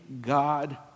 God